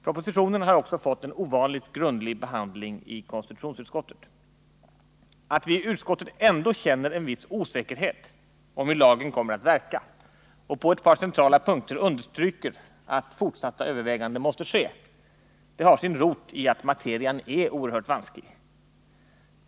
Propositionen har också fått en ovanligt grundlig behandling i konstitutionsutskottet. Att vi i utskottet ändå känner en viss osäkerhet om hur lagen kommer att verka och på ett par centrala punkter understryker att fortsatta överväganden måste ske har sin rot i att materian är oerhört vansklig.